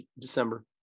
December